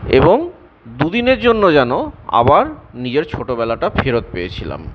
এবং দুদিনের জন্য যেন আবার নিজের ছোটবেলাটা ফেরত পেয়েছিলাম